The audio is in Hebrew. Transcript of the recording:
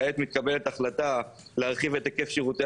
כרגע מתקבלת החלטה להרחיב את היקף שירותי